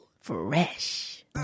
Fresh